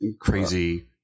crazy